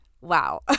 wow